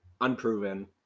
unproven